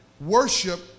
Worship